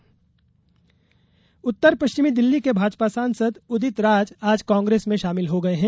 उदितराज उत्तर पश्चिमी दिल्ली के भाजपा सांसद उदित राज आज कांग्रेस में शामिल हो गए हैं